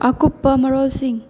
ꯑꯀꯨꯞꯄ ꯃꯔꯣꯜꯁꯤꯡ